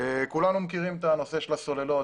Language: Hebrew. כולנו מכירים את הנושא של הסוללות